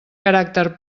caràcter